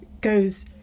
goes